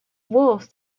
wolves